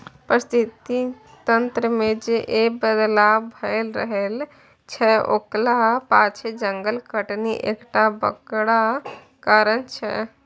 पारिस्थितिकी तंत्र मे जे बदलाव भए रहल छै ओकरा पाछु जंगल कटनी एकटा बड़का कारण छै